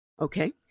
Okay